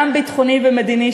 גם ביטחוני ומדיני,